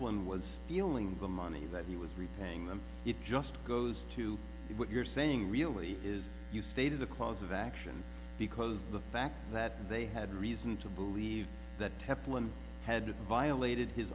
one was stealing the money that he was repaying them it just goes to what you're saying really is you stated the cause of action because the fact that they had reason to believe that teflon had violated his